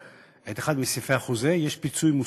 את אחד מסעיפי החוזה יש פיצוי מוסכם,